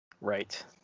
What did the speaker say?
Right